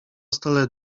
stole